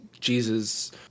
Jesus